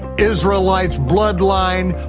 israelites, bloodline,